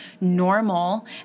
normal